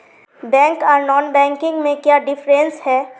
Bank आर non banking में क्याँ डिफरेंस है?